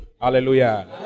Hallelujah